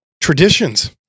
traditions